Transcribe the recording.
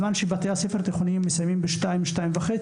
בזמן שבתי הספר התיכוניים מסיימים יום לימודים בשעה 14:00 או 14:30,